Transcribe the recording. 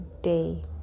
day